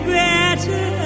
better